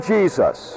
Jesus